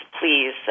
please